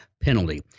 penalty